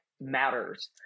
matters